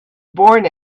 born